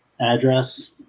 address